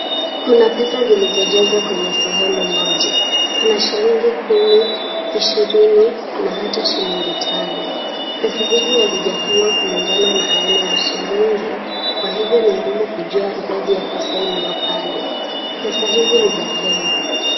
Kuna pesa zilizojazwa kwenye sehemu moja. Kuna shilingi kumi, ishirini na hata shilingi tano. Pesa hizi hazijapangwa kulingana na aina ya shilingi, kwa hivyo ni ngumu kujua idadi ya pesa iliyo pale. Pesa hizi ni za Kenya.